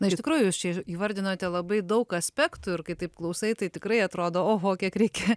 na iš tikrųjų jūs čia įvardinote labai daug aspektų ir kai taip klausai tai tikrai atrodo oho kiek reikia